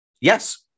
Yes